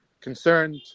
concerned